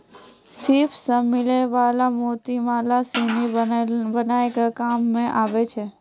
सिप सें मिलै वला मोती माला सिनी बनाय के काम में आबै छै